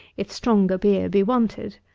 if stronger beer be wanted.